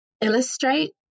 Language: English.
illustrate